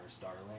darling